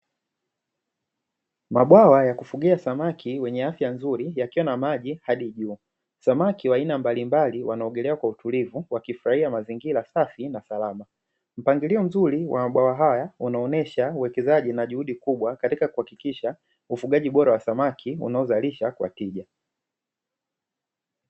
Mabwawa ya kufugia samaki wenye afya nzuri yakiwa na maji hadi juu, samaki wa aina mbalimbali wanaogelea kwa utulivu wakifurahia mazingira safi na salama, mpangilio mzuri wa mabwawa haya unaonyesha uwekezaji katika kuhakikisha ufugaji bora wa samaki unaozalisha kwa tija.